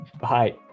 Bye